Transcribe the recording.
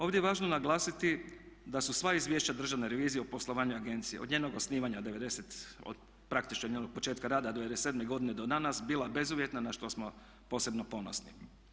Ovdje je važno naglasiti da su sva izvješća Državne revizije o poslovanju agencije, od njenog osnivanja praktički od njenog početka rada '97. godine do danas bila bezuvjetna na što smo posebno ponosni.